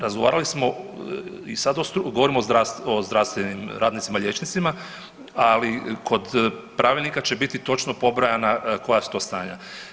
Razgovarali smo i sad govorim o zdravstvenim radnicima, liječnicima ali kod pravilnika će biti točno pobrojana koja su to stanja.